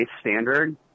standard